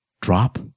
drop